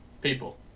people